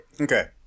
Okay